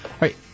right